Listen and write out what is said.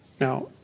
Now